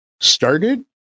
started